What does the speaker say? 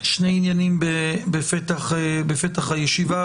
שני עניינים בפתח הישיבה.